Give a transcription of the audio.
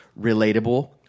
relatable